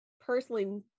personally